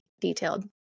detailed